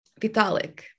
Vitalik